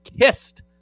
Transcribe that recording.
kissed